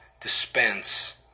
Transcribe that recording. dispense